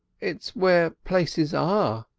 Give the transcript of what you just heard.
it's where places are,